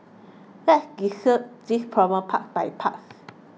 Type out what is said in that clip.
let's this problem part by part